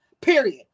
Period